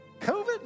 COVID